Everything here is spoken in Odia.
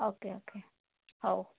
ଓ କେ ଓ କେ ହେଉ